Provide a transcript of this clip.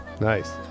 Nice